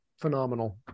phenomenal